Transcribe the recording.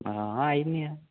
हां आई जन्ने आं